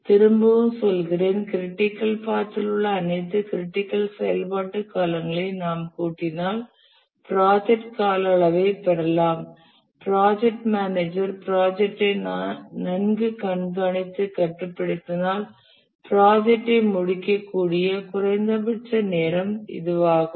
திரும்பவும் சொல்கிறேன் ஒரு க்ரிட்டிக்கல் பாத் தில் உள்ள அனைத்து க்ரிட்டிக்கல் செயல்பாட்டு காலங்களையும் நாம் கூட்டினால் ப்ராஜெக்ட் கால அளவைப் பெறலாம் ப்ராஜெக்ட் மேனேஜர் ப்ராஜெக்ட் ஐ நன்கு கண்காணித்து கட்டுப்படுத்தினால் ப்ராஜெக்ட் ஐ முடிக்கக்கூடிய குறைந்தபட்ச நேரம் இதுவாகும்